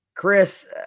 Chris